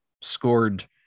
scored